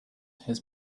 his